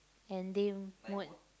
and day mode